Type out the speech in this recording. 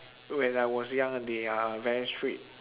when I was young they are very strict